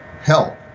help